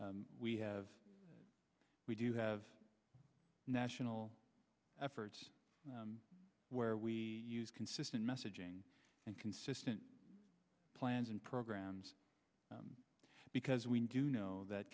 time we have we do have national efforts where we use consistent messaging and consistent plans and programs because we do know that